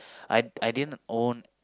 I I didn't own